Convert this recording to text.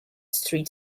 street